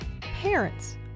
Parents